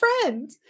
friend